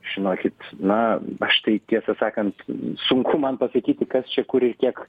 žinokit na aš tai tiesą sakant sunku man pasakyti kas čia kur ir kiek